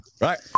Right